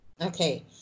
okay